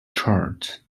chart